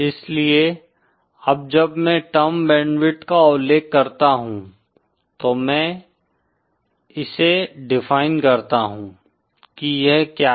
इसलिए अब जब मैं टर्म बैंडविड्थ का उल्लेख करता हूं तो मैं इसे डिफाइन करता हूँ की यह क्या है